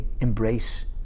embrace